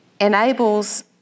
enables